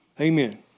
Amen